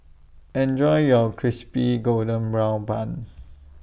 Enjoy your Crispy GoldenBrown Bun